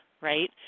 right